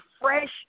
fresh